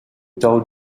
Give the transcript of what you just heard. told